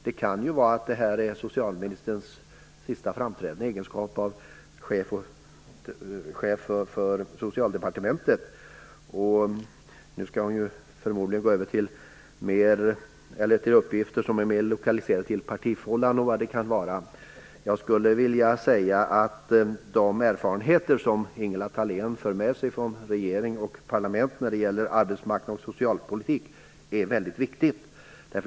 Detta kan vara socialministerns sista framträdande i egenskap av chef för Socialdepartementet. Hon skall förmodligen gå över till uppgifter som är mer lokaliserade till partifållan och vad det kan vara. De erfarenheter som Ingela Thalén för med sig från regering och parlament när det gäller arbetsmarknads och socialpolitik är väldigt viktiga.